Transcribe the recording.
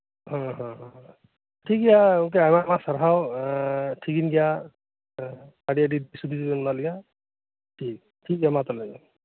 ᱦᱮᱸ ᱦᱮᱸ ᱴᱷᱤᱠ ᱜᱮᱭᱟ ᱜᱚᱢᱠᱮ ᱟᱭᱢᱟ ᱟᱭᱢᱟ ᱥᱟᱨᱦᱟᱣ ᱴᱷᱤᱠᱟᱹᱱ ᱜᱮᱭᱟ ᱟᱹᱰᱤ ᱟᱹᱰᱤ ᱩᱵᱤᱫᱷᱟ ᱵᱮᱱ ᱮᱢᱟᱜ ᱞᱮᱭᱟ ᱴᱷᱤᱠ ᱴᱷᱤᱠ ᱜᱮᱭᱟ ᱢᱟ ᱛᱟᱦᱞᱮ